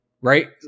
right